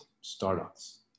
startups